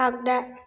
आग्दा